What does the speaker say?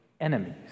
enemies